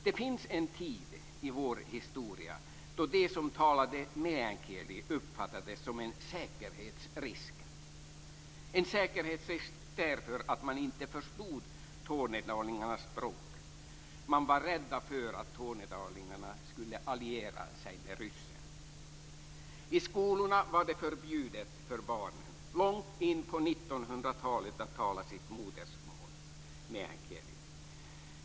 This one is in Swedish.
Det fanns en tid i vår historia då de som talade meänkieli uppfattades som en säkerhetsrisk, därför att man inte förstod tornedalingarnas språk. Man var rädd för att tornedalingarna kunde vara allierade med ryssarna. I skolorna var det förbjudet för barnen - långt in på 1900-talet - att tala sitt modersmål, meänkieli.